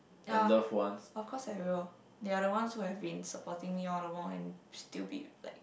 ya of course I will they are the ones who have been supporting me all the while and still be like